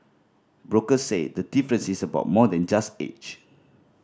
brokers say the difference is about more than just age